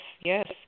Yes